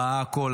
ראה הכול,